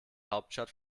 hauptstadt